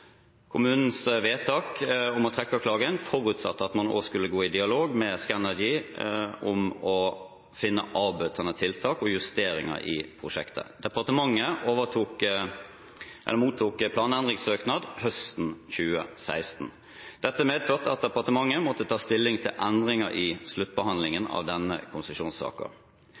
Kommunens vedtak om å trekke klagen forutsatte at man også skulle gå i dialog med Scanergy om å finne avbøtende tiltak og justeringer i prosjektet. Departementet mottok en planendringssøknad høsten 2016. Dette medførte at departementet måtte ta stilling til endringer i sluttbehandlingen av denne